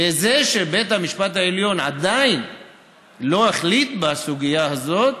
ובזה שבית המשפט העליון עדיין לא החליט בסוגיה הזאת,